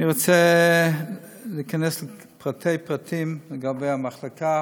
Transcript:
אני רוצה להיכנס לפרטי-פרטים לגבי המחלקה,